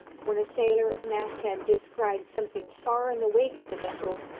when a sailor at the mast-head descried something far in the wake of the vessel,